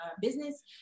business